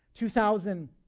2,000